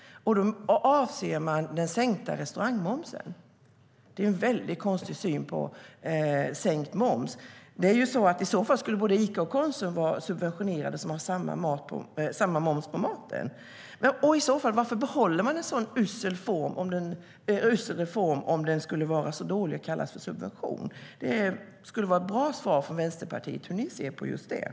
Då avser man den sänkta restaurangmomsen. Det är en väldigt konstig syn på sänkt moms. I så fall skulle både Ica och Konsum vara subventionerade som har samma moms på maten. Varför behåller man en sådan usel reform om den skulle vara så dålig och kallas subvention? Det skulle vara bra att få svar från Vänsterpartiet på hur ni ser på just det.